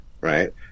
right